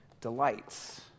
delights